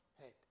head